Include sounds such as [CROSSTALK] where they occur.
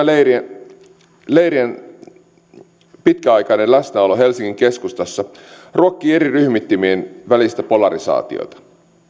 [UNINTELLIGIBLE] leirien leirien pitkäaikainen läsnäolo helsingin keskustassa ruokkii eri ryhmittymien välistä polarisaatiota